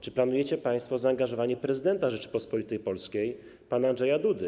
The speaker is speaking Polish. Czy planujecie państwo zaangażowanie prezydenta Rzeczypospolitej Polskiej pana Andrzeja Dudy?